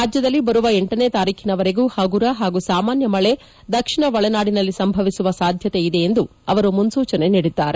ರಾಜ್ಯದಲ್ಲಿ ಬರುವ ಲನೇ ತಾರೀಖಿನವರೆಗೂ ಹಗುರ ಹಾಗೂ ಸಾಮಾನ್ಯ ಮಳೆ ದಕ್ಷಿಣ ಒಳನಾಡಿನಲ್ಲಿ ಸಂಭವಿಸುವ ಸಾಧ್ಯತೆ ಇದೆ ಎಂದು ಅವರು ಮುನ್ಸೂಚನೆ ನೀಡಿದ್ದಾರೆ